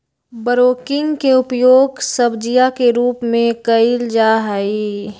broccoli के उपयोग सब्जीया के रूप में कइल जाहई